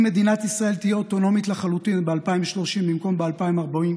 אם מדינת ישראל תהיה אוטונומית לחלוטין ב-2030 במקום ב-2040,